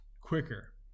quicker